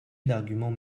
l’argument